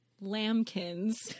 lambkins